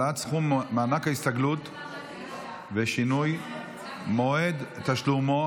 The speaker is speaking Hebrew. העלאת סכום מענק ההסתגלות ושינוי מועד תשלומו),